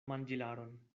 manĝilaron